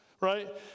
right